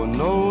no